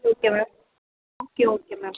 okay ma'am okay okay ma'am